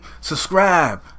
Subscribe